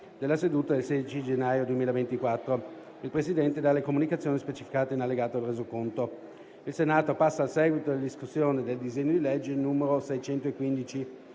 grazie